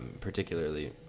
particularly